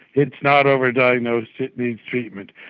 it's not over-diagnosed, it needs treatment.